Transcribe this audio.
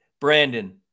Brandon